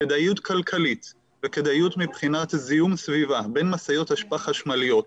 כדאיות כלכלית וכדאיות מבחינת זיהום סביבה בין משאיות אשפה חשמליות,